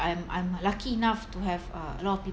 I'm I'm lucky enough to have uh a lot of